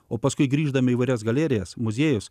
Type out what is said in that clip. o paskui grįždami įvairias galerijas muziejus